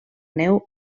neu